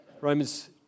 Romans